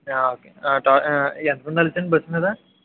okay టా ఎంతమంది వెళ్ళొచ్చండి బస్సు మీద